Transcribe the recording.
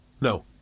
No